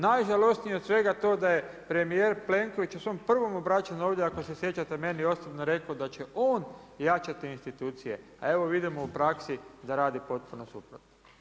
Najžalosnije od svega je to da je premijer Plenković u svom prvom obraćanju ovdje ako se sjećate meni osobno rekao da će on jačati institucije, a evo vidimo u praksi da radi potpuno suprotno.